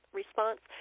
response